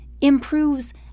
improves